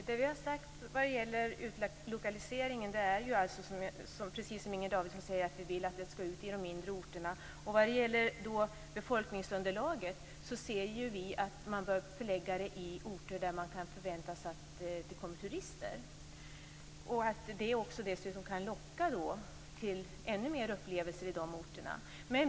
Fru talman! Vad gäller utlokalisering är det precis som Inger Davidson har sagt, nämligen att kasinona skall finnas på de mindre orterna. Vad gäller frågan om befolkningsunderlaget anser vi att kasinona skall förläggas på orter där det går att förvänta sig turister. Kasinon skall då locka till fler upplevelser på de orterna.